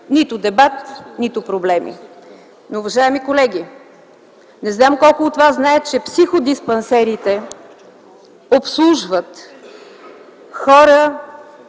нито дебат, нито проблеми. Уважаеми колеги, не знам колко от вас знаят, че психодиспансерите обслужват хора,